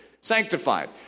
sanctified